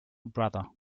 brother